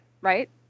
right